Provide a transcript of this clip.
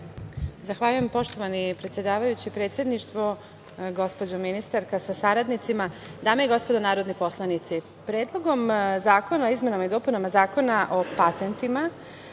Zahvaljujem. Poštovani predsedavajući, predsedništvo, gospođo ministarka sa saradnicima, dame i gospodo narodni poslanici, Predlogom zakona o izmenama i dopunama Zakona o patentima